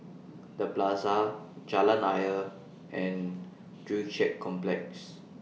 The Plaza Jalan Ayer and Joo Chiat Complex